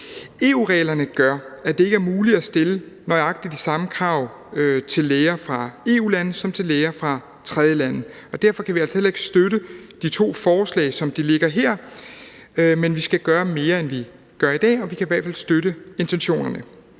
EU-reglerne gør, at det ikke er muligt at stille nøjagtig de samme krav til læger fra EU-lande som til læger fra tredjelande, og derfor kan vi altså heller ikke støtte de to forslag, som de ligger her, men vi skal gøre mere, end vi gør i dag, og vi kan i hvert fald støtte intentionerne.